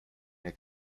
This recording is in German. mir